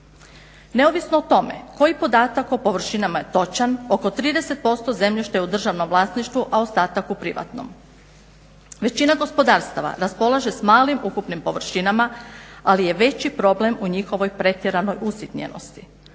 Neovisno o tome koji podatak o površinama je točan, oko 30% zemljišta je u državnom vlasništvu a ostatak u privatnom. Većina gospodarstava raspolaže s malim ukupnim površinama ali je veći problem u njihovoj pretjeranoj usitnjenosti.